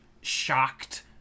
shocked